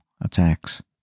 attacks